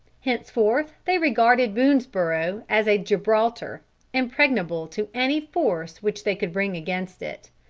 henceforth they regarded boonesborough as a gibraltar impregnable to any force which they could bring against it.